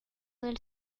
del